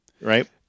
Right